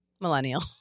millennial